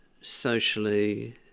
socially